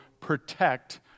protect